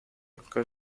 con